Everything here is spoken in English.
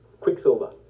Quicksilver